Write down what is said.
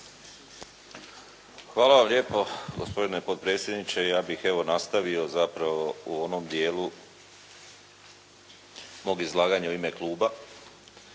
Hvala vam lijepo gospodine potpredsjedniče. I ja bih evo nastavio zapravo u onom dijelu mog izlaganja u ime kluba